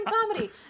comedy